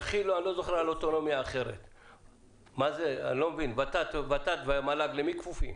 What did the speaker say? הדיווח --- ות"ת ומל"ג למי כפופים?